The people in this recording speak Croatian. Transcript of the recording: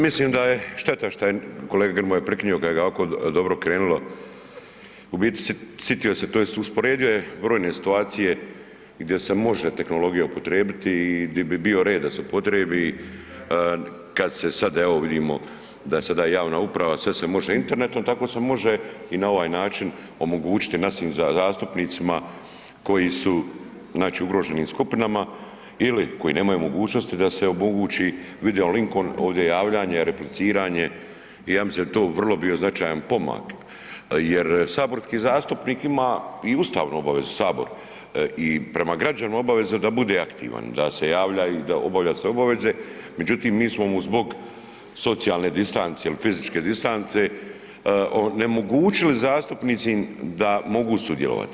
Mislim da je, šteta što je kolega Grmoja prekinuo kad je ovako dobro krenulo, u biti sitio se, tj. usporedio je brojne situacije gdje se može tehnologija upotrijebiti i di bi bio red da se upotrijebi kad se sad evo, vidimo da se da javna uprava, sve se može internetom, tako se može i na ovaj način omogućiti našim zastupnicima koji su znači u ugroženim skupinama ili koji nemaju mogućnosti, da se omogući video-linkom ovdje javljanje, repliciranje i ja mislim da bi to vrlo bio značajan pomak jer saborski zastupnik ima i ustavnu obavezu, Sabor i prema građanima obavezu da bude aktivan, da se javlja i da obavlja sve obaveze, međutim mi smo mu zbog socijalne distance ili fizičke distance onemogućili zastupnicima da mogu sudjelovati.